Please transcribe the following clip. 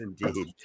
indeed